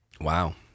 wow